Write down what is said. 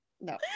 no